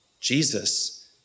Jesus